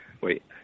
Wait